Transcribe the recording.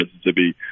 Mississippi